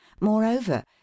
moreover